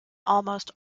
almost